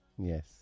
Yes